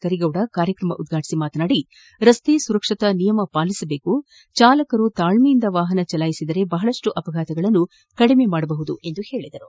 ಕರೀಗೌಡ ಕಾರ್ಕ್ರಮ ಉದ್ಘಾಟಿಸಿ ಮಾತನಾಡಿ ರಸ್ತೆ ಸುರಕ್ಷತಾ ನಿಯಮ ಪಾಲಿಸಬೇಕು ಚಾಲಕರು ತಾಳ್ಮೆಯಿಂದ ವಾಪನ ಚಲಾಯಿಸಿದರೆ ಬಪಳಷ್ಟು ಅಪಘಾತಗಳನ್ನು ಕಡಿಮೆ ಮಾಡಬಹುದಾಗಿದೆ ಎಂದು ಹೇಳಿದರು